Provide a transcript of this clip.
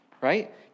right